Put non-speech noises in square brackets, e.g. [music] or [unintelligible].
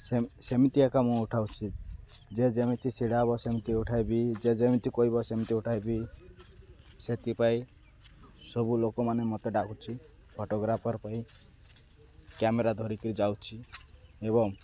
[unintelligible] ସେମିତି ଏକ ମୁଁ ଉଠାଉଛି ଯେ ଯେମିତି ଛିଡ଼ାହବ ସେମିତି ଉଠାଇବି ଯେ ଯେମିତି କହିବ ସେମିତି ଉଠାଇବି ସେଥିପାଇଁ ସବୁ ଲୋକମାନେ ମତେ ଡାକୁଛି ଫଟୋଗ୍ରାଫର୍ ପାଇଁ କ୍ୟାମେରା ଧରିକିରି ଯାଉଛି ଏବଂ